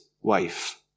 wife